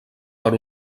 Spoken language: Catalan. per